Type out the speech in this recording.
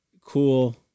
Cool